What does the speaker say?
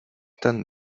tan